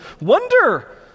wonder